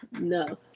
No